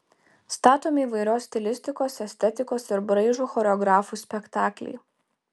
statomi įvairios stilistikos estetikos ir braižo choreografų spektakliai